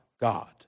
God